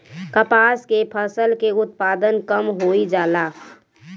कपास के फसल के उत्पादन कम होइ जाला?